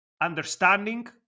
understanding